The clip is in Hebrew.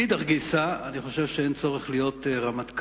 מאידך גיסא אני חושב שאין צורך להיות רמטכ"ל,